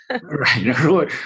Right